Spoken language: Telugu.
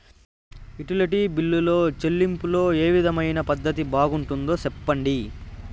యుటిలిటీ బిల్లులో చెల్లింపులో ఏ విధమైన పద్దతి బాగుంటుందో సెప్పండి?